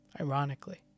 Ironically